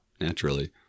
naturally